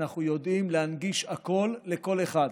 אנחנו יודעים להנגיש הכול לכל אחד.